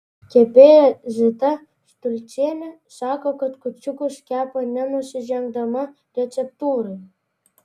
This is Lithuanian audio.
kepėja zita štulcienė sako kad kūčiukus kepa nenusižengdama receptūrai